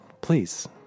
please